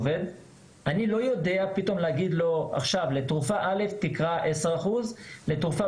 ואני לא יודע פתאום להגיד לו "לתרופה א' תקרא 10% ולתרופה